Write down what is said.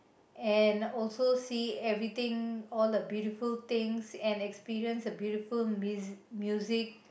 and also see everything all the beautiful things and experience the beautiful miz~ music